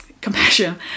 compassion